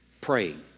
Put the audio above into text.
praying